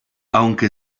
aunque